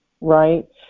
right